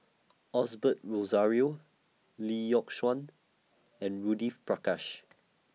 Osbert Rozario Lee Yock Suan and Judith Prakash